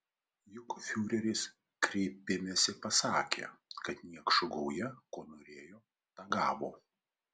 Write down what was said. juk fiureris kreipimesi pasakė kad niekšų gauja ko norėjo tą gavo